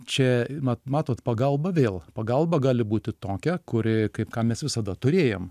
čia mat matot pagalba vėl pagalba gali būti tokia kuri kaip ką mes visada turėjom